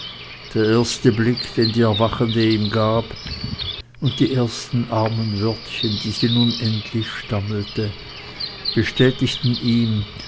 der erste blick den die erwachende ihm gab und die ersten armen wörtchen die sie nun endlich stammelte bestätigten ihm